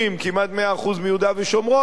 כמעט 100% יהודה ושומרון.